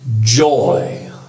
Joy